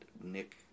Nick